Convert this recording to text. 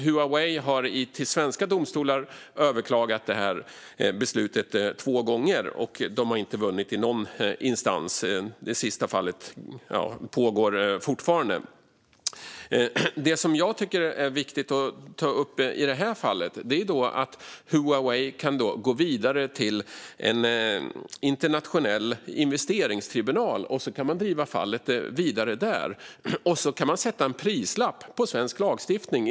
Huawei har överklagat beslutet två gånger till svenska domstolar men har inte vunnit i någon instans. Det sista fallet pågår fortfarande. Det som jag tycker är viktigt att ta upp i det här fallet är att Huawei kan gå vidare till en internationell investeringstribunal och driva fallet vidare där. På det sättet kan man sätta en prislapp på svensk lagstiftning.